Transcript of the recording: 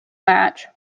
match